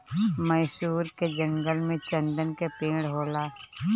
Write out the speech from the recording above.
मैसूर के जंगल में चन्दन के पेड़ होला